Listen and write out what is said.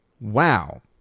Wow